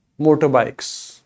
motorbikes